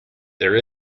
there